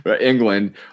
england